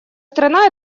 страна